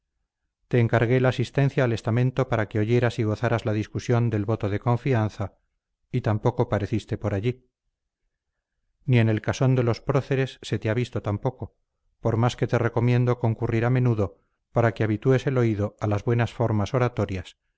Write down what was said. te encargué la asistencia al estamento para que oyeras y gozaras la discusión del voto de confianza y tampoco pareciste por allí ni en el casón de los próceres se te ha visto tampoco por más que te recomiendo concurrir a menudo para que habitúes el oído a las buenas formas oratorias